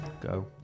Go